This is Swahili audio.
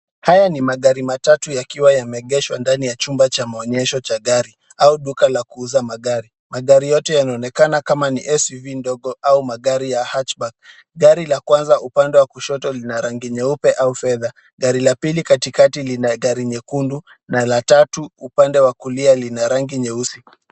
Haya ni magari matatu yakiwa yameegeshwa ndani ya chumba cha maonyesho cha gari au duka la kuuza magari. Magari yote yanaoenekana kama ni SUV ndogo au magari ya Hatchback . Gari la kwanza upande wa kushoto lina rangi nyeupe au fedha. Gari la pili katikati lina gari nyekundu na la tatu upande wa kulia lina rangi nyeusi.